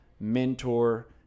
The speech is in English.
mentor